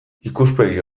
ikuspegi